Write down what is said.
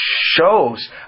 shows